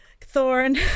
Thorn